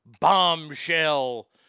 bombshell